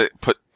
put